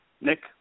nick